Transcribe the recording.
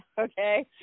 okay